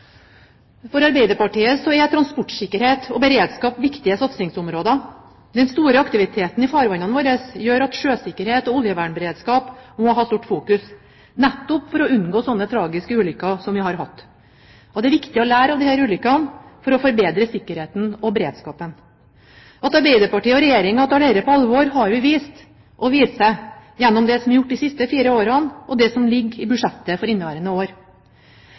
For Arbeiderpartiet er transportsikkerhet og beredskap viktige satsingsområder. Den store aktiviteten i våre farvann gjør at sjøsikkerhet og oljevernberedskap må ha stort fokus, nettopp for å unngå slike tragiske ulykker som vi har hatt. Og det er viktig å lære av disse ulykkene for å forbedre sikkerheten og beredskapen. At Arbeiderpartiet og Regjeringen tar dette på alvor, har vi vist og viser gjennom det som er gjort de siste fire årene, og det som ligger i budsjettet for inneværende år: